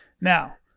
Now